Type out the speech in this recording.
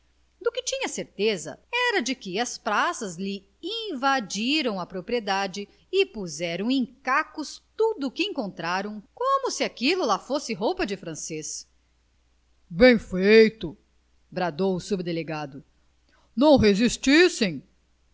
de que tinha certeza era de que as praças lhe invadiram a propriedade e puseram em cacos tudo o que encontraram como se aquilo lá fosse roupa de francês bem feito bradou o